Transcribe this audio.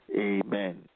Amen